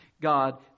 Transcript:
God